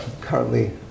currently